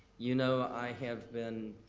you know i have been